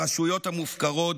הרשויות המופקרות,